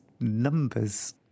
numbers